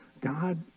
God